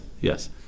Yes